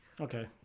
Okay